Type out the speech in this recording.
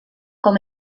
com